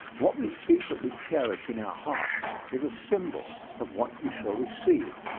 what we secretly cherish in our hearts is a symbol of what we shall receive.